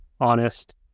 honest